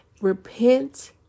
repent